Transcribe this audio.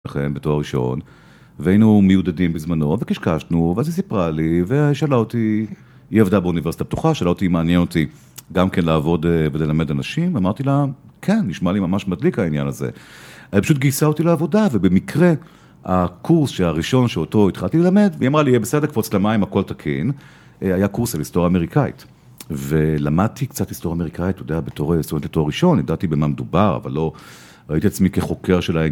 לכן, בתואר ראשון והיינו מיודדים בזמנו וקשקשנו ואז היא סיפרה לי ושאלה אותי. היא עבדה באוניברסיטה פתוחה, שאלה אותי אם מעניין אותי גם כן לעבוד וללמד אנשים, אמרתי לה כן, נשמע לי ממש מדליק העניין הזה. היא פשוט גייסה אותי לעבודה ובמקרה הקורס שהראשון שאותו התחלתי ללמד, היא אמרה לי: יהיה בסדר, קפוץ למים הכל תקין. היה קורס על היסטוריה אמריקאית ולמדתי קצת היסטוריה אמריקאית, אתה יודע, בתואר ראשון, ידעתי במה מדובר, אבל לא ראיתי עצמי כחוקר ש